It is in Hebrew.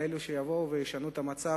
וישנו את המצב,